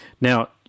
Now